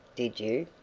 did you?